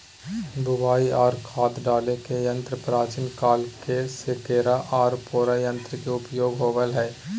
बुवाई आर खाद डाले के यंत्र प्राचीन काल से केरा आर पोरा यंत्र के उपयोग होवई हल